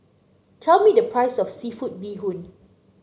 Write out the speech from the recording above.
tell me the price of seafood Bee Hoon